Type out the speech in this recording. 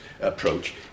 approach